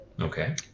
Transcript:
Okay